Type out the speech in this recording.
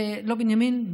לא בנימין,